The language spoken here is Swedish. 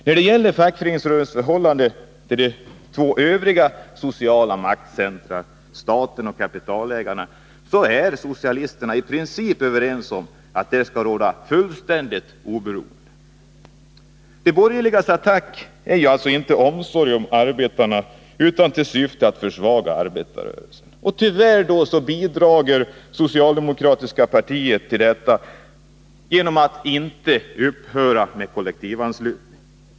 När det gäller fackföreningsrörelsens förhållande till de två övriga sociala maktcentra — staten och kapitalägarna — är socialisterna i princip överens om att fullständigt oberoende skall råda. De borgerligas attack sker alltså inte i omsorg om arbetarna utan har till syfte att försvaga arbetarrörelsen. Tyvärr bidrar det socialdemokratiska Nr 29 partiet till detta genom att inte upphöra med kollektivanslutningen.